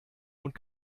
und